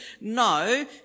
No